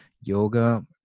yoga